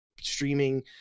streaming